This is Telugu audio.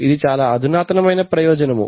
ఇది చాలా అధునాతనమైన ప్రయోజనము